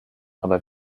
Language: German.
aber